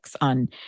on